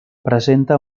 presenta